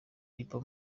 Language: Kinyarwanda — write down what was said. people